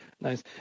Nice